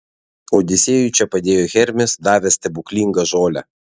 odisėjui čia padėjo hermis davęs stebuklingą žolę